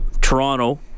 Toronto